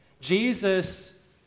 Jesus